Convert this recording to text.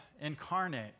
incarnate